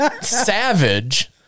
savage